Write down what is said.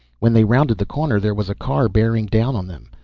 when they rounded the corner there was a car bearing down on them.